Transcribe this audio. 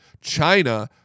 China